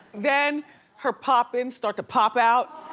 then her pop-ins start to pop out.